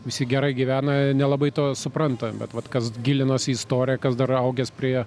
visi gerai gyvena nelabai to supranta bet vat kas gilinosi į istoriją kas dar augęs prie